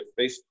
Facebook